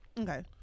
Okay